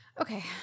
Okay